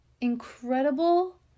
incredible